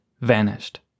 vanished